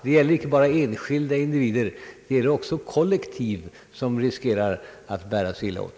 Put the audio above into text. Det gäller här inte bara enskilda individer, det gäller också kollektiv som riskerar att bära sig illa åt.